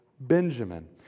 Benjamin